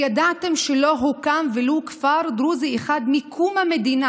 הידעתם שלא הוקם ולו כפר דרוזי אחד מקום המדינה,